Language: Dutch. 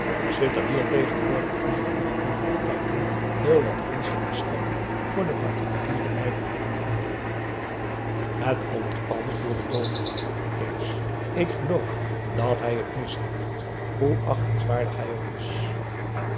zit er hier tegenwoordig onder de hooge autoriteiten heel wat gunstiger stemming voor de particuliere nijverheid dan vroeger p a daum hoe hij raad van indië werd onder ps maurits het komt alles door den dominé kees ik geloof dat hij het mis heeft hoe achtenswaardig hij ook is